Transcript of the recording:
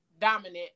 dominant